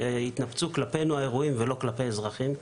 שיתנפצו האירועים כלפינו ולא כלפי אזרחים,